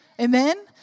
amen